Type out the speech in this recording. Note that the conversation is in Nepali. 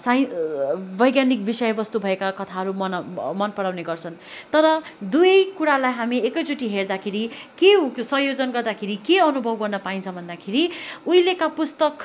साइन् वैज्ञानिक विषय वस्तु भएका कथाहरू मन मन पराउने गर्छन् तर दुवै कुरालाई हामी एकैचोटि हेर्दाखेरि के संयोजन गर्दाखेरि के अनुभव गर्न पाइन्छ भन्दाखेरि उहिलेका पुस्तक